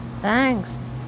Thanks